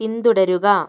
പിന്തുടരുക